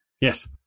Yes